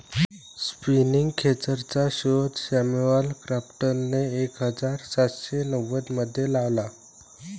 spinning खेचरचा शोध Samuel क्रॉम्प्टनने एक हजार सातशे नव्वदमध्ये लावला